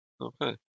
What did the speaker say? Okay